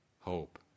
Hope